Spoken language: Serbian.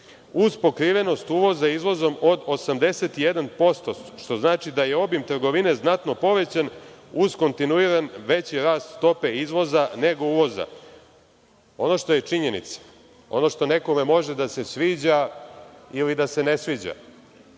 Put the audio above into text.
uz pokrivenost uvoza izvozom od 81%, što znači da je obim trgovine znatno povećan, uz kontinuiran veći rast stope izvoza nego uvoza. Ono što je činjenica, ono što nekome može da se sviđa ili da se ne sviđa,